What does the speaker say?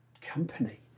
company